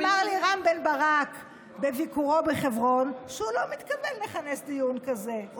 אמר לי רם בן ברק בביקורו בחברון שהוא לא מתכוון לכנס דיון כזה.